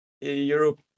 europe